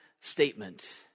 statement